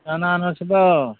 ꯀꯅꯥꯅꯣ ꯁꯤꯕꯣ